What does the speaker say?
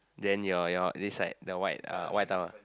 then your your this side the white uh the white towel